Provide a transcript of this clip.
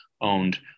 owned